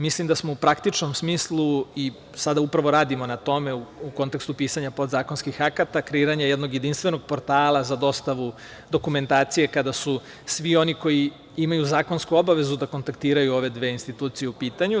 Mislim da smo u praktičnom smislu, i sada upravo radimo na tome u kontekstu pisanja podzakonskih akata, kreiranja jednog jedinstvenog portala za dostavu dokumentacije kada su svi oni koji imaju zakonsku obavezu da kontaktiraju ove dve institucije u pitanju.